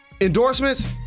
Endorsements